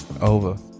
Over